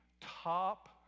top